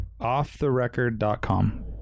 Offtherecord.com